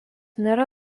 nėra